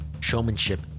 showmanship